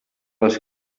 les